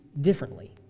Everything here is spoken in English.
differently